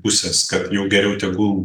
pusės kad jau geriau tegul